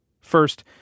First